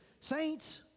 saints